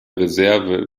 reserve